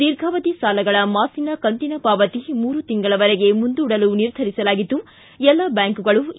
ದೀರ್ಘಾವಧಿ ಸಾಲಗಳ ಮಾಸಿಕ ಕಂತಿನ ಪಾವತಿ ಮೂರು ತಿಂಗಳವರೆಗೆ ಮುಂದೂಡಲು ನಿರ್ಧರಿಸಲಾಗಿದ್ದು ಎಲ್ಲ ಬ್ಯಾಂಕುಗಳು ಇ